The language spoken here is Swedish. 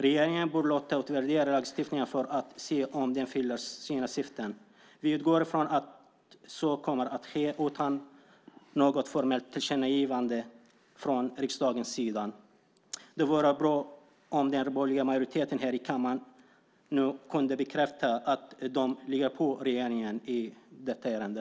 Regeringen bör låta utvärdera lagstiftningen för att se om den fyller sina syften. Vi utgår från att så kommer att ske utan något formellt tillkännagivande från riksdagens sida. Det vore bra om den borgerliga majoriteten här i kammaren kunde bekräfta att man ligger på regeringen i detta ärende.